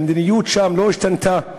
המדיניות שם לא השתנתה.